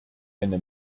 eine